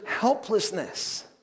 helplessness